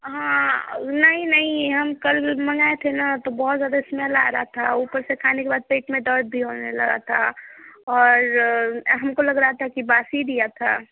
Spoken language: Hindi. हाँ नहीं नहीं हम कल मगाएँ थे ना तो बहुत ज़्यादा इस्मेल आ रहा था ऊपर से खाने के बाद पेट में दर्द भी होने लगा था और हमको लग रहा था कि बासी दिया था